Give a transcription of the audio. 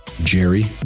Jerry